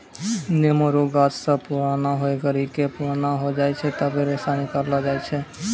नेमो रो गाछ जब पुराणा होय करि के पुराना हो जाय छै तबै रेशा निकालो जाय छै